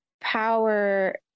power